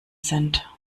sind